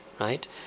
Right